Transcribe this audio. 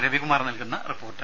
രവികുമാർ നൽകുന്ന റിപ്പോർട്ട്